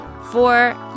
Four